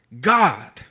God